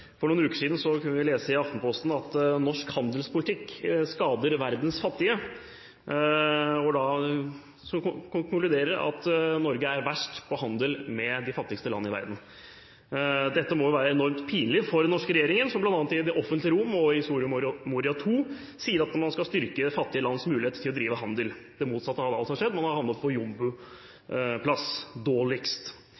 for noen uker siden kunne lese i Aftenposten at norsk handelspolitikk «skader verdens fattigste», og en konkluderer med at Norge er verst på handel med de fattigste landene i verden. Dette må være enormt pinlig for den norske regjeringen, som bl.a. i det offentlige rom og i Soria Moria II sier at man skal styrke fattige lands mulighet til å drive handel – det motsatte av hva som har skjedd. Man har havnet på